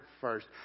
first